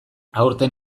aurten